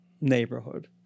neighborhood